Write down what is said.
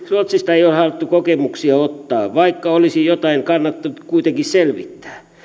ruotsista ei ole haluttu kokemuksia ottaa vaikka olisi jotain kannattanut kuitenkin selvittää